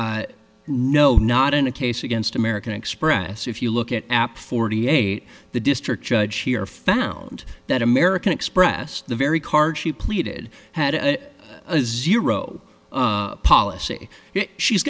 then no not in a case against american express if you look at app forty eight the district judge here found that american express the very car she pleaded had a zero policy she's